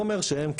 והוא אומר שהם,